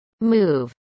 move